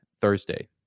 thursday